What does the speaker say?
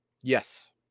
yes